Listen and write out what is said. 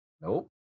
Nope